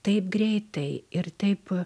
taip greitai ir taip